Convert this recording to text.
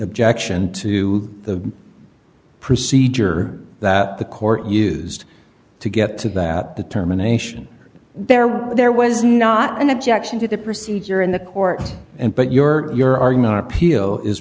objection to the procedure that the court used to get to that determination there was there was not an objection to the procedure in the court and but your your argument appeal is